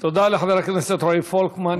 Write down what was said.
תודה לחבר הכנסת רועי פולקמן.